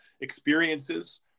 experiences